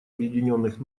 объединенных